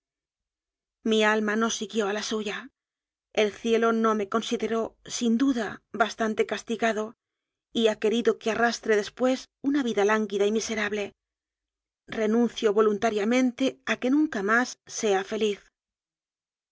mi alma siguió a la suya el cielo no me consideró sin duda bastante castigado y ha que rido que arrastre después una vida lánguida y mi serable renuncio voluntariamente a que nunca sea más feliz